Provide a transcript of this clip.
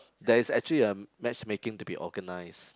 there's actually a matchmaking to be organise